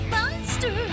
Monster